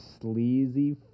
Sleazy